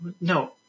No